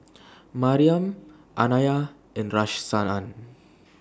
Mariam Anaya and Rahsaan